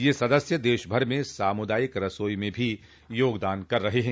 ये सदस्य देशभर में सामूदायिक रसोई में भी योगदान कर रहे हैं